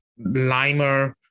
limer